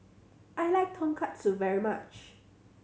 I like Tonkatsu very much